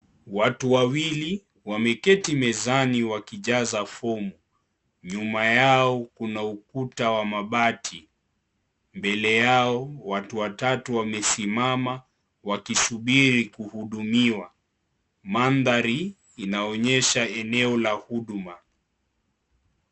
Watu wawili wameketi mezani wakijaza fomu. Nyuma Yao kuna ukuta wa mabati. Mbele Yao watu watatu wamesimama wakisuburi kuhudumiwa. Maandhari inaonyesha eneo la huduma.